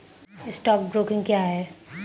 Stock broking क्या है?